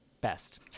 best